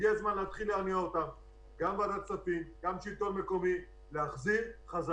הגיע הזמן שגם ועדת הכספים וגם השלטון המקומי יתחילו להניע